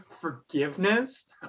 forgiveness